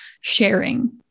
sharing